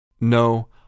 No